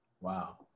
Wow